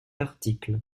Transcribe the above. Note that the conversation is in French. article